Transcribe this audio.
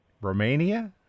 Romania